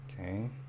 Okay